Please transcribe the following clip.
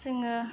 जोङो